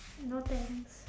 no thanks